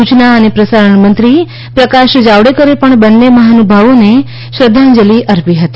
સૂચના અને પ્રસારણ મંત્રી પ્રકાશ જાવડેકરે પણ બંને મહાનુભાવોને શ્રધ્ધાંજલિ અર્પી હતી